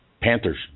Panthers